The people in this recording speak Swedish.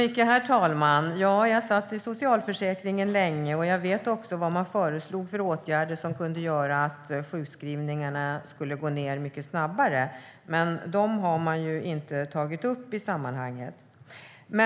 Herr talman! Ja, jag satt i Socialförsäkringsutredningen länge. Jag vet också vilka åtgärder man föreslog som kunde göra att sjukskrivningarna skulle gå ned mycket snabbare, men dem har man inte tagit upp i sammanhanget.